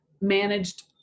managed